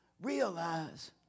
realize